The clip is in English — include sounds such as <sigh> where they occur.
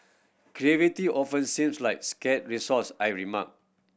<unintelligible> often seems like scarce resource I remark